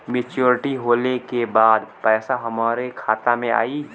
Maturity होले के बाद पैसा हमरे खाता में आई?